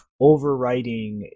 overwriting